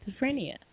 schizophrenia